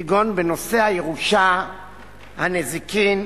כגון בנושא הירושה, הנזיקין,